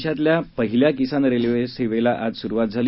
देशातल्या पहिल्या किसान रेल्वे सेवेला आज सुरुवात झाली